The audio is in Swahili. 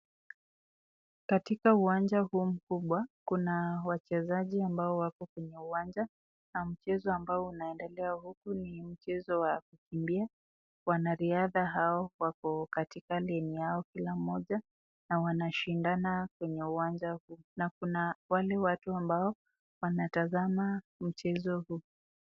Katika uwanja huu mkubwa, kuna wachezaji ambao wako kwenye uwanja, na machezo ambao unaendelea huku ni mchezo wa kukimbia, wanariadha hao wako katika laini yao kila moja na wanashindana kwenye uwanja huu na kuna. wale watu ambao wanatazama mchezo huu.